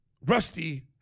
Rusty